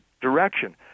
direction